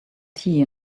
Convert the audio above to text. tea